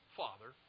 father